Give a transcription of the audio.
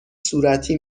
صورتی